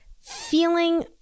feeling